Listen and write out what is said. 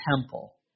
temple